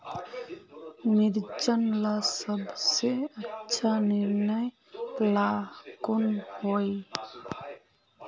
मिर्चन ला सबसे अच्छा निर्णय ला कुन होई?